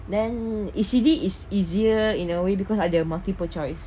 then E_C_D is easier in a way because ada multiple choice